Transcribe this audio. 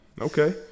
Okay